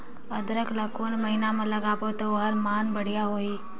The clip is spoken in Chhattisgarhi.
अदरक ला कोन महीना मा लगाबो ता ओहार मान बेडिया होही?